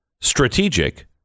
Strategic